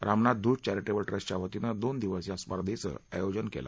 Ramnath Dhoot charitable ट्रस्टच्या वतीनं दोन दिवस या स्पर्धेचं आयोजन केलं